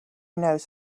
knows